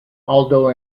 aldo